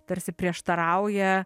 tarsi prieštarauja